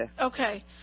Okay